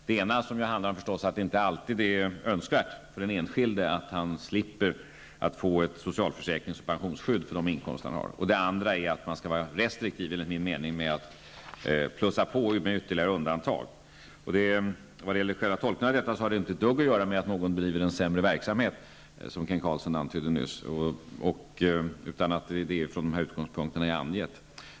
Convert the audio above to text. Det ena handlar om att det inte alltid är önskvärt för den enskilde att han slipper få ett socialförsäkrings och pensionsskydd för de inkomster han har. Det andra är att man skall vara restriktiv med att plussa på med ytterligare undantag. Vad gäller själva tolkningen av detta, har det inte ett dugg att göra med att någon driver en sämre verksamhet, som Kent Carlsson nyss antydde, utan det har att göra med de utgångspunkter som jag här har angett.